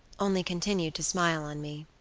only continued to smile on me.